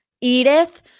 Edith